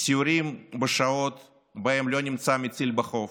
סיורים בשעות שבהן לא נמצא מציל בחוף,